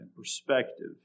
Perspective